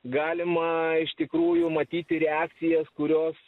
galima iš tikrųjų matyti reakcijas kurios